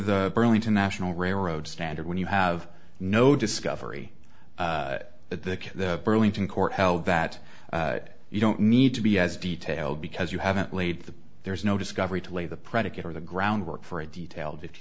the burlington national railroad standard when you have no discovery at the burlington court held that you don't need to be as detailed because you haven't laid the there's no discovery to lay the predicate or the groundwork for a detailed fifty